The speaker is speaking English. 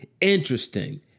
interesting